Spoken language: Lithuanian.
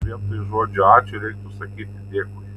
vietoj žodžio ačiū reiktų sakyti dėkui